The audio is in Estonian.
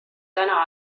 täna